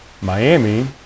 Miami